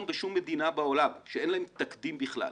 בשום מדינה בעולם ובכלל אין להם תקדים.